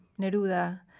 Neruda